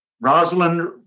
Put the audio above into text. Rosalind